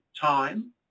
time